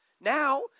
now